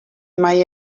mai